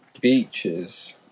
beaches